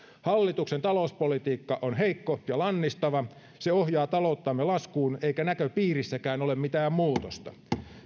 hallituksen talouspolitiikka on heikko ja lannistava se ohjaa talouttamme laskuun eikä näköpiirissäkään ole mitään muutosta